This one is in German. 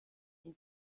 den